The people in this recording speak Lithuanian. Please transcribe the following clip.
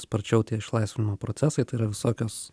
sparčiau tie išlaisvinimo procesai tai yra visokios